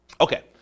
okay